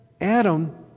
Adam